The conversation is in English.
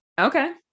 Okay